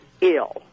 ill